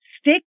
stick